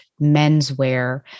menswear